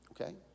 Okay